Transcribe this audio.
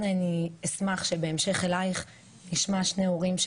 אשמח שבהמשך אלייך נשמע שני הורים,